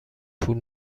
پول